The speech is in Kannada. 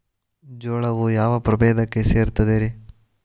ಜೋಳವು ಯಾವ ಪ್ರಭೇದಕ್ಕ ಸೇರ್ತದ ರೇ?